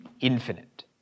infinite